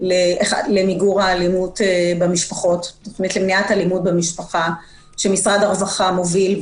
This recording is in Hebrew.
למניעת אלימות במשפחה, שמשרד הרווחה מוביל.